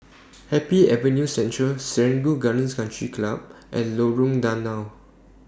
Happy Avenue Central Serangoon Gardens Country Club and Lorong Danau